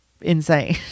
insane